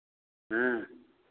हाँ